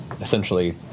essentially